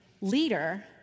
leader